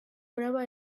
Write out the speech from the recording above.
prova